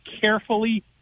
carefully